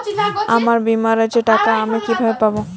আমার বীমার টাকা আমি কিভাবে পাবো?